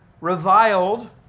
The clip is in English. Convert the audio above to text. reviled